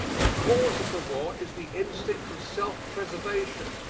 the cause of the war is the instinct of self-preservation,